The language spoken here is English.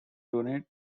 donate